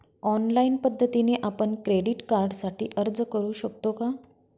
Online पद्धतीने आपण credit कार्डसाठी अर्ज करु शकतो का?